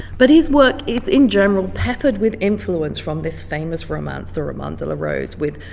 but his work is in general peppered with influence from this famous romance, the roman de la rose, with